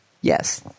Yes